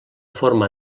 forma